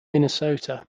minnesota